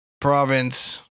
province